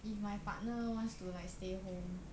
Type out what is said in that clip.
if my partner wants to like stay home